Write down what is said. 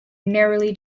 narrowly